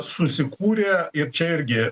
susikūrė ir čia irgi